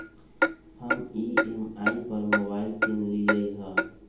हम ई.एम.आई पर मोबाइल किनलियइ ह